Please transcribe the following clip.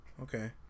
Okay